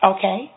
Okay